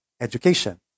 Education